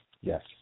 Yes